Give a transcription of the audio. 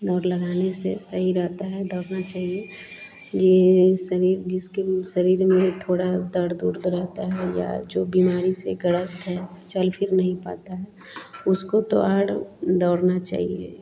दौड़ लगाने से सही रहता है दौड़ना चाहिए यह शरीर जिसके शरीर में थोड़ा दर्द उर्द रहता है या जो बीमारी से ग्रस्त है चल फिर नहीं पाता है उसको तो और दौड़ना चाहिए